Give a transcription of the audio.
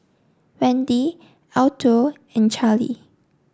Wendy Alto and Charlie